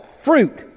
fruit